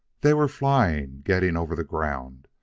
they were flying, getting over the ground,